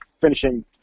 finishing